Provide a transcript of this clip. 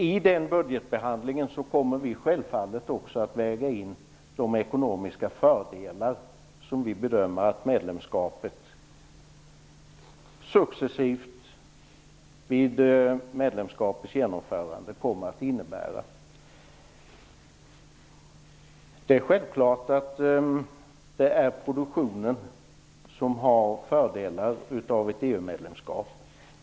I den budgetbehandlingen kommer vi självfallet också att väga in de ekonomiska fördelar som vi bedömer att medlemskapet successivt kommer att innebära. Det är självklart att det är produktionen som har fördelar av ett EU-medlemskap.